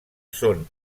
són